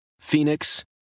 Phoenix